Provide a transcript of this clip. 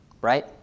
right